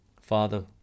Father